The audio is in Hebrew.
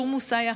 תורמוס עיא,